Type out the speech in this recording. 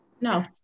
No